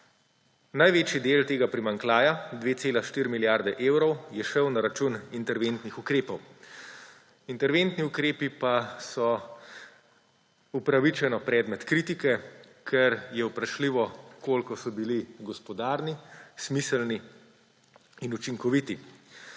Največji del tega primanjkljaja 2,4 milijarde evrov, je šel na račun interventnih ukrepov. Interventni ukrepi pa so upravičeno predmet kritike, ker je vprašljivo koliko so bili gospodarni, smiselni in učinkoviti.